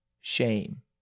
shame